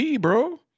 bro